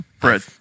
Bread